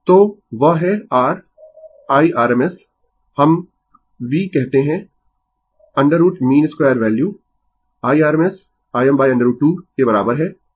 तो वह है r IRMS हम v कहते है √मीन2 वैल्यू IRMS Im √2 के बराबर है